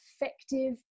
effective